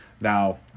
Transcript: Now